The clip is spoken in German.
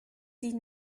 sie